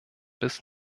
bis